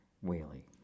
Whaley